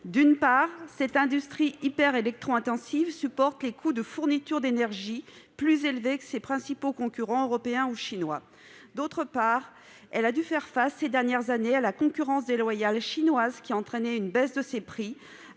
en tant qu'industrie hyper électro-intensive des coûts de fourniture d'énergie plus élevés que ses principaux concurrents européens ou chinois. D'autre part, elle a dû faire face au cours des dernières années à la concurrence déloyale de la Chine, qui a entraîné une baisse de ses prix,